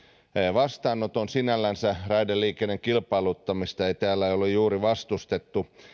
vastaanoton sinällänsä raideliikenteen kilpailuttamista ei täällä ole juuri vastustettu